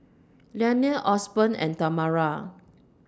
Liane Osborn and Tamara